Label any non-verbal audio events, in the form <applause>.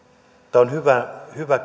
tämä on hyvä <unintelligible>